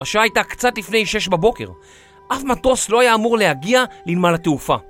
השעה הייתה קצת לפני שש בבוקר אף מטוס לא היה אמור להגיע לנמל התעופה